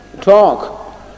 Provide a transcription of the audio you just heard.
talk